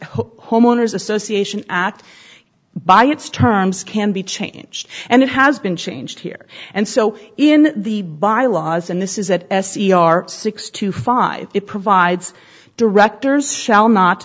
homeowners association act by its terms can be changed and it has been changed here and so in the bylaws and this is that s t r six to five it provides directors shall not